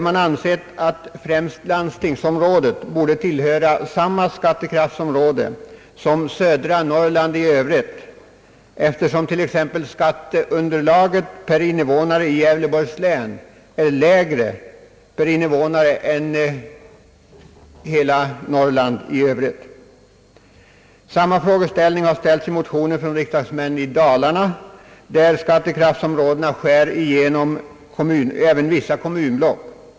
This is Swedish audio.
Man anser att främst landstingsområdet borde tillhöra samma skattekraftsområde som södra Norrland i övrigt, eftersom t.ex. skatteunderlaget i Gävleborgs län är lägre per innevånare än i Norrland i övrigt. Samma fråga har väckts i motioner av riksdagsmän från Dalarna, där skattekraftsområdena skär igenom även vissa kommunblock.